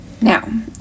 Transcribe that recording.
Now